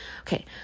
Okay